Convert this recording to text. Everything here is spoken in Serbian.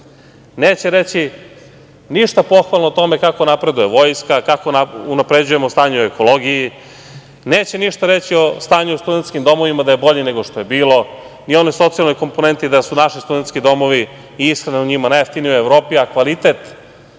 neće reći ništa pohvalno o tome kako napreduje vojska, kako unapređujemo stanje u ekologiji. Neće ništa reći o stanju u studentskim domovima da je bolje nego što je bilo, ni onoj socijalnoj komponenti da su naši studentski domovi i ishrana u njima najjeftiniji u Evropi, a kvalitet